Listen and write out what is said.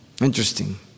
Interesting